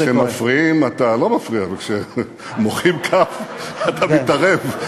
כשמפריעים אתה לא מפריע, וכשמוחאים כף אתה מתערב?